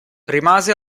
rimase